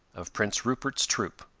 of prince rupert's troop.